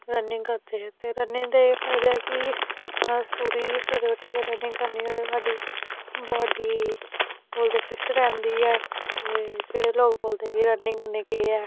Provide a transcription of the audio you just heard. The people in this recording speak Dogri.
रनिंग करदे हे ते रनिंग दा एह् फायदा ऐ के अस पूरी सवेरे उट्ठियै रनिंग करनी होऐ ते साड्डी बाडी बोलदे फिट रैंह्दी ऐ ते जेह्ड़े लोक बोलदे कि रनिंग करने कन्नै केह् ऐ